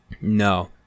no